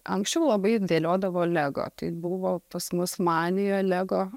anksčiau labai dėliodavo lego tai buvo pas mus manija lego